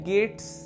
Gates